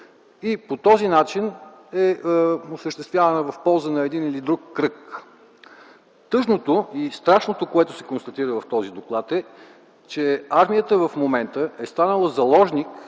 и по този начин е осъществявана в полза на един или друг кръг. Тъжното и страшното, което се констатира в този доклад, е, че армията в момента е станала заложник